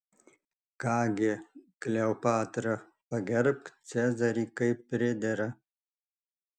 ką gi kleopatra pagerbk cezarį kaip pridera